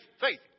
faith